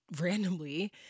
randomly